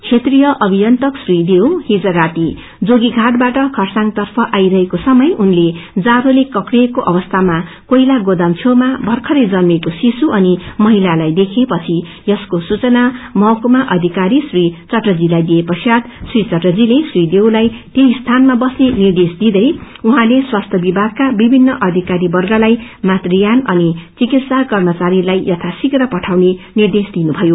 क्षेत्राय अभिाययन्तक श्री देव हिज राति जोगीघाटबाट खरसङ तफ आईरहेको समय उनले जाड़ोले कक्रिएको अवस्थामा कोइला गोदाम छेउामा भंखरै जन्मिकऐ शिशु अनि महिलालाई देखेपछि यसको सूचना महकुमा अधिकारी श्री चटर्जीलाई दिए पश्चात श्री चर्टजीले श्री देवलाई त्यही स्थानमा बस्ने निद्रेश दिदै उहाँले स्वास्थय विभागका विभिन्न अधिकारीवप्रलाई मातृयान अनि चिकित्सा कर्मचारीलाई यथाशीव्र पठाउने निद्रेश दिनुभयो